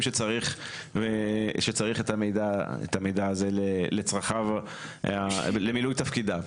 שצריך את המידע הזה למילוי תפקידיו.